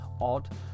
odd